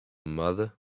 mother